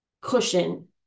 cushion